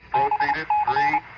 i